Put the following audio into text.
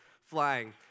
flying